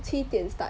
七点 start